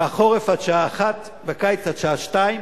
בחורף עד השעה 13:00, בקיץ עד השעה 14:00,